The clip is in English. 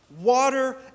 water